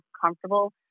comfortable